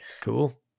Cool